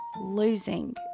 losing